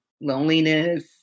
loneliness